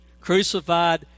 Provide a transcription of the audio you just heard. crucified